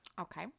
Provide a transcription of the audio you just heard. okay